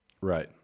Right